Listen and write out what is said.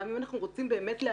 גם אם אנחנו רוצים להשוות,